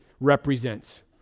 represents